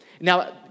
Now